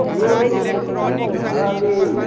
hello हँ राजीव